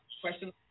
question